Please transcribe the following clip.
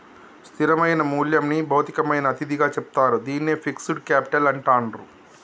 స్థిరమైన మూల్యంని భౌతికమైన అతిథిగా చెప్తారు, దీన్నే ఫిక్స్డ్ కేపిటల్ అంటాండ్రు